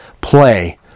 play